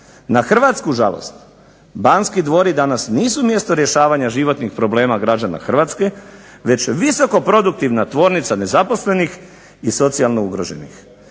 Na hrvatsku žalost Banski dvori danas nisu mjesto rješavanja životnih problema građana Hrvatske, već visoko produktivna tvornica nezaposlenih i socijalno ugroženih.